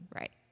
Right